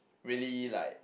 really like